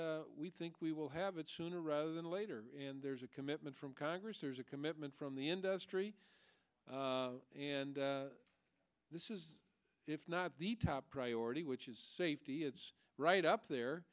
we think we will have a tsunami rather than later and there's a commitment from congress there's a commitment from the industry and this is if not the top priority which is safety it's right up there